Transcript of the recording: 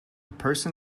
person